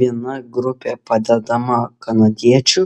viena grupė padedama kanadiečių